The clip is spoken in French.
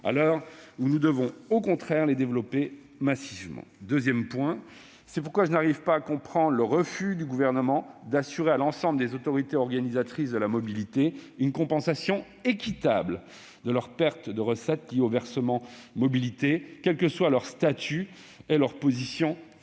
où nous devons, au contraire, les développer massivement. C'est pourquoi, deuxièmement, je n'arrive pas à comprendre le refus du Gouvernement d'assurer à l'ensemble des autorités organisatrices de la mobilité une compensation équitable de leurs pertes de recettes liées au versement mobilité, quels que soient leur statut et leur position géographique.